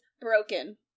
broken